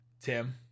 Tim